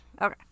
Okay